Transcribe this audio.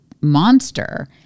monster